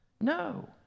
No